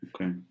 Okay